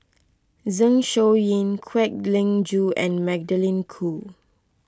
Zeng Shouyin Kwek Leng Joo and Magdalene Khoo